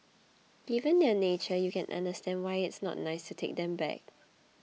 given their nature you can understand why it's not nice to take them back